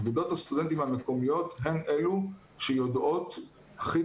אגודות הסטודנטים המקומיות הן אלו שיודעות הכי